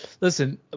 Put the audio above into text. Listen